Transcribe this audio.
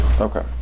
Okay